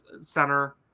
Center